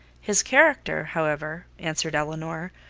his character, however, answered elinor,